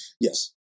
Yes